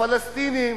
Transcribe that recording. הפלסטינים